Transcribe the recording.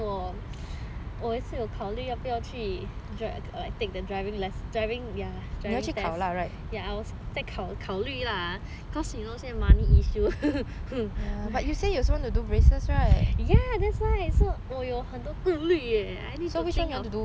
我也是有考虑要不要去 take the driving lesson driving test ya I was 在考考虑 lah cause you know 现在 money issues ya that's why 我有很多顾虑 leh